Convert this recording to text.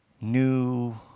new